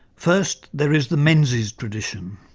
first there is the menzies tradition.